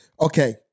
Okay